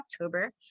October